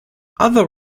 other